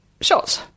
shots